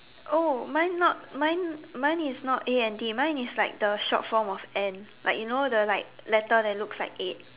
oh mine not mine mine is not A N D mine is like the short form of and like you know the like letter that looks like eight